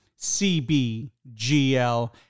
CBGL